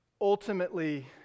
ultimately